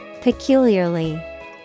peculiarly